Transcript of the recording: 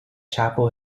chapel